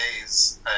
days